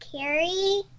Carrie